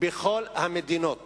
שבכל המדינות